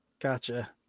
gotcha